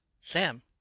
Sam